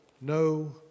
no